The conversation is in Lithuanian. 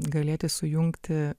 galėti sujungti